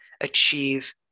achieve